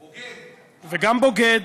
בוגד,